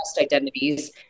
identities